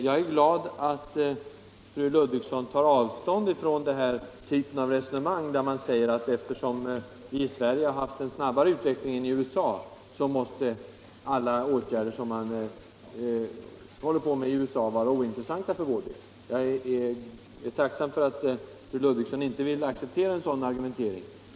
Jag är glad över att fru Ludvigsson tar avstånd från den typ av resonemang som går ut på att eftersom vi i Sverige har haft en snabbare utveckling än USA, måste alla åtgärder som man håller på med i USA vara ointressanta för vår del. Jag är tacksam över att fru Ludvigsson inte vill acceptera en sådan argumentering.